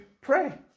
pray